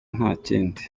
ntakindi